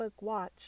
Watch